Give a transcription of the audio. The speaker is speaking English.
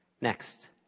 Next